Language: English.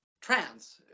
trans